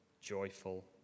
joyful